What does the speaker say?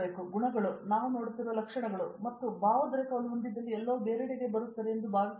ಇವುಗಳು ಗುಣಗಳು ನಾವು ನೋಡುತ್ತಿರುವ ಲಕ್ಷಣಗಳು ಮತ್ತು ಒಮ್ಮೆ ನೀವು ಭಾವೋದ್ರೇಕವನ್ನು ಹೊಂದಿದ್ದಲ್ಲಿ ಎಲ್ಲವೂ ಬೇರೆಡೆಗೆ ಬರುತ್ತದೆ ಎಂದು ನಾನು ಭಾವಿಸುತ್ತೇನೆ